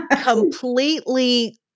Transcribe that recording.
completely